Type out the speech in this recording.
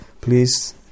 please